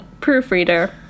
proofreader